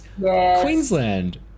Queensland